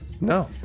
No